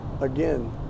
again